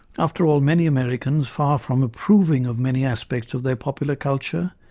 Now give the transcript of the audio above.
after all, many americans, far from approving of many aspects of their popular culture,